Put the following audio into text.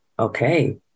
Okay